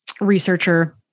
researcher